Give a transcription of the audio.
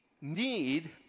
need